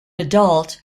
adult